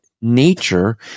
nature